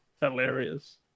Hilarious